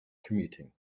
commuting